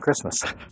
Christmas